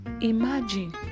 Imagine